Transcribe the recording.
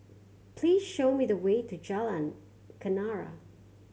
please show me the way to Jalan Kenarah